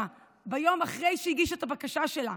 ביום אחרי שהיא הגישה את הבקשה שלה?